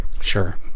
sure